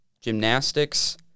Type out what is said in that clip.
gymnastics